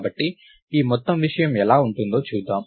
కాబట్టి ఈ మొత్తం విషయం ఎలా ఉంటుందో చూద్దాం